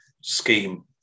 scheme